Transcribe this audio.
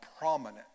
prominent